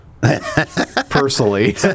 personally